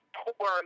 poor